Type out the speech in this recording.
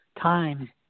time